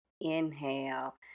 inhale